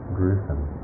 gruesome